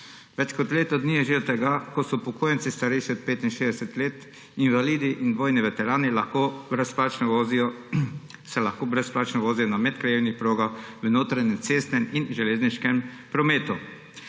Več kot leto dni je že od tega, ko se upokojenci, starejši od 65 let, invalidi in vojni veterani lahko brezplačno vozijo na medkrajevnih progah, v notranjem cestnem in železniškem prometu.